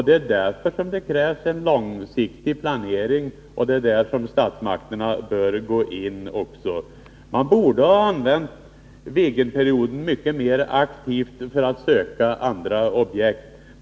Det är därför det krävs en långsiktig planering — och det är där som statsmakterna bör gå in. Viggenperioden borde ha använts mycket mer aktivt för att söka nya objekt.